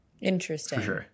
Interesting